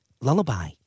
Lullaby